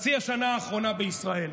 חצי השנה האחרונה בישראל?